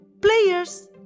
Players